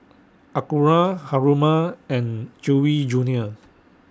Acura Haruma and Chewy Junior